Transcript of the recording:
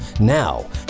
Now